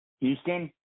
Houston